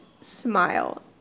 Smile